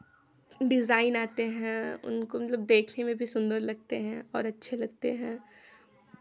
design आते हैं उनको मतलब देखने में भी सुन्दर लगते हैं और अच्छे लगते हैं